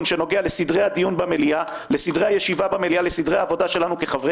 שנוגע לסדרי הדיון במליאה ולסדרי הישיבה במליאה ולסדרי העבודה שלנו כחברי